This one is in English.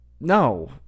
No